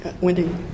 Wendy